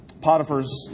Potiphar's